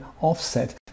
offset